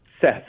Seth